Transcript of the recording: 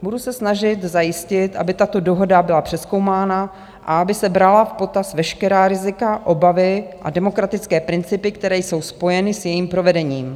Budu se snažit zajistit, aby tato dohoda byla přezkoumána a aby se brala v potaz veškerá rizika, obavy a demokratické principy, které jsou spojeny s jejím provedením.